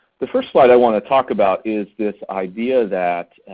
the first slide i want to talk about is this idea that,